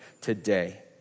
today